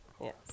Yes